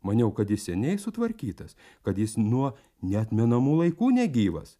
maniau kad jis seniai sutvarkytas kad jis nuo neatmenamų laikų negyvas